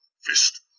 Fist